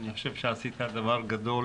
אני חושב שעשית דבר גדול,